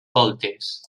voltes